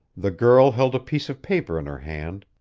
the girl held a piece of paper in her hand,